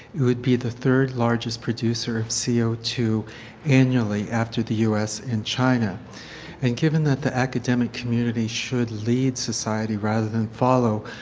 it would be the third largest producer of c o two annually after the us and china and given that the academic community should lead society rather than follow,